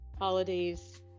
holidays